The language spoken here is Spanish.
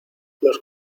los